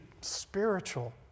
spiritual